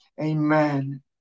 Amen